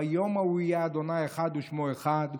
ביום ההוא יהיה ה' אחד ושמו אחד,